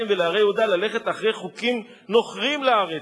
ולהרי יהודה ללכת אחרי חוקים נוכרים לארץ.